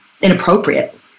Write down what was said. inappropriate